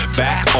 back